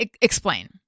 explain